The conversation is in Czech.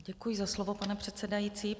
Děkuji za slovo, pane předsedající.